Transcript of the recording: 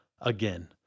again